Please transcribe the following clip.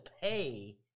pay